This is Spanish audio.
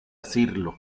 asirlo